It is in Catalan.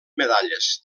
medalles